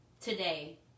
today